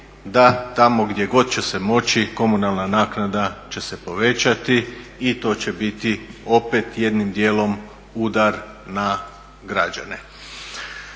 da tamo gdje god će se moći komunalna naknada će se povećati i to će biti opet jednim djelom udar na građane.